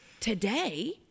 Today